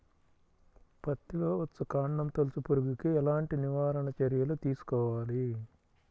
పత్తిలో వచ్చుకాండం తొలుచు పురుగుకి ఎలాంటి నివారణ చర్యలు తీసుకోవాలి?